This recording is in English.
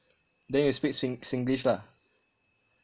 then you speak sing~ singlish lah